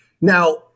Now